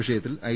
വിഷയത്തിൽ ഐ